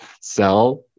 sell